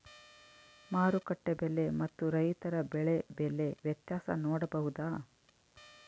ಮಾರುಕಟ್ಟೆ ಬೆಲೆ ಮತ್ತು ರೈತರ ಬೆಳೆ ಬೆಲೆ ವ್ಯತ್ಯಾಸ ನೋಡಬಹುದಾ?